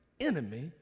enemy